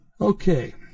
Okay